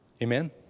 Amen